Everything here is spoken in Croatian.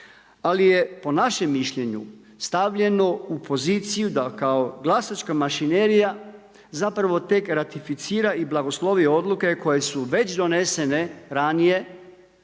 Ali je po našem mišljenju stavljeno u poziciju da kao glasačka mašinerija zapravo tek ratificira i blagoslovi odluke koje su već donesene ranije